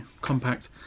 compact